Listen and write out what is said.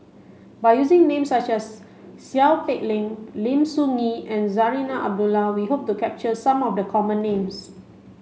by using names such as Seow Peck Leng Lim Soo Ngee and Zarinah Abdullah we hope to capture some of the common names